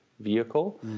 vehicle